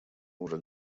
уже